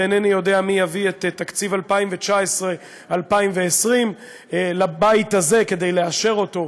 ואינני יודע מי יביא את תקציב 2019 2020 לבית הזה כדי לאשר אותו,